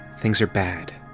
things are bad,